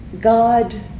God